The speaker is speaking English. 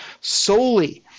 solely